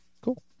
Cool